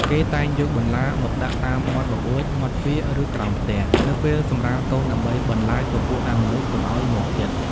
គេតែងយកបន្លាមកដាក់តាមមាត់បង្អួចមាត់ទ្វាឬក្រោមផ្ទះនៅពេលសម្រាលកូនដើម្បីបន្លាចពពួកអមនុស្សកុំឲ្យមកជិត